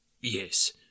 Yes